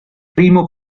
primo